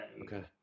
okay